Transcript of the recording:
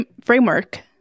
framework